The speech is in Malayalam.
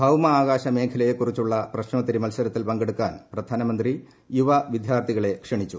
ഭൌമാകാശ മേഖലയെക്കുറിച്ചുള്ള പ്രശ്നോത്തരി മത്സരത്തിൽ പങ്കെടുക്കാൻ പ്രധാനമന്ത്രി യുവ വിദ്യാർത്ഥികളെ ക്ഷണിച്ചു